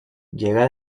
llega